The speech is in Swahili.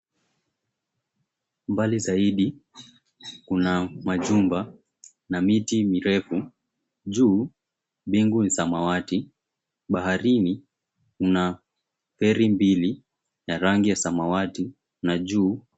Mbali zaidi kuna majumba na miti mirefu, juu mbingu ni samawati baharini mna feri mbili ya rangi ya samawati na juu.